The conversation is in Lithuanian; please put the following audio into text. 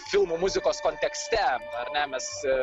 filmų muzikos kontekste ar ne mes